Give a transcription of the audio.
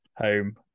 Home